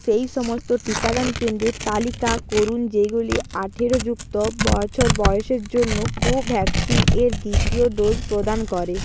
সেই সমস্ত টিকাদান কেন্দ্রের তালিকা করুন যেগুলি আঠেরো যুক্ত বছর বয়সের জন্য কোভ্যাক্সিন এর দ্বিতীয় ডোস প্রদান করে